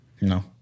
No